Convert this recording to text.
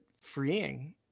freeing